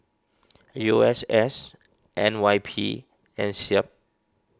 U S S N Y P and Seab